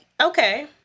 Okay